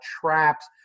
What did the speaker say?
traps